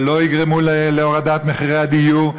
ולא יגרמו להורדת מחירי הדיור.